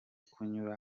kunyura